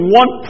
one